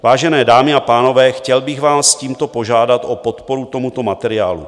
Vážené dámy a pánové, chtěl bych vás tímto požádat o podporu tomuto materiálu.